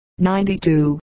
92